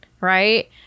Right